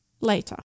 Later